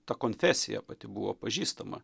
ta konfesija pati buvo pažįstama